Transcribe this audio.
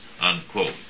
unquote